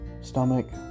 stomach